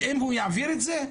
ואם הוא יעביר את זה,